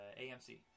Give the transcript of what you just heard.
amc